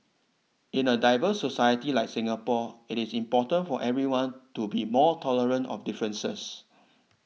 in a diverse society like Singapore it is important for everyone to be more tolerant of differences